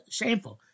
shameful